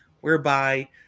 whereby –